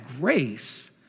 grace